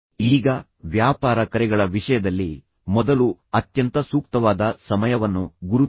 ಈಗ ವ್ಯಾಪಾರ ಕರೆಗಳ ವಿಷಯದಲ್ಲಿ ಮೊದಲು ಅತ್ಯಂತ ಸೂಕ್ತವಾದ ಸಮಯವನ್ನು ಗುರುತಿಸಿ